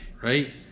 right